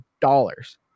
dollars